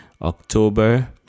October